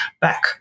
back